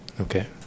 okay